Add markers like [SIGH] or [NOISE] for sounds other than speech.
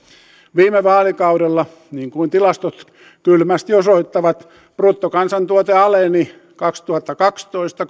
viime vaalikaudella niin kuin tilastot kylmästi osoittavat bruttokansantuote aleni kaksituhattakaksitoista [UNINTELLIGIBLE]